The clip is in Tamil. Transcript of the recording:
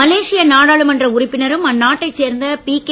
மலேசிய நாடாளுமன்ற உறுப்பினரும் அந்நாட்டை சேர்ந்த பிகே